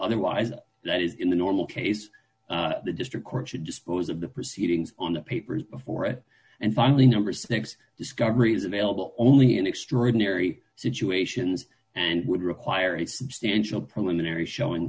otherwise it is in the normal case the district court should dispose of the proceedings on the papers before it and finally number six discoveries available only in extraordinary situations and would require a substantial primary showing